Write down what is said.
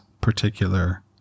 particular